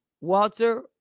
Walter